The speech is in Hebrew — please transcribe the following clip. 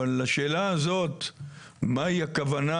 אבל השאלה הזאת מהי הכוונה,